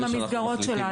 לא,